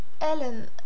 Ellen